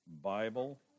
Bible